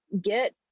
get